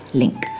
link